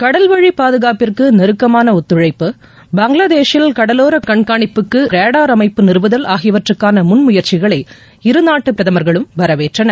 கடல்வழி பாதுகாப்பிற்கு நெருக்கமான ஒத்துழைப்பு பங்காளதேஷின் கடலோர கண்காணிப்புக்கு ரேடார் மையம் நிறுவுவதல் ஆகியவற்றுக்கான முன்முயற்சிகளை இருநாட்டு பிரதமர்களும் வரவேற்றனர்